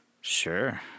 Sure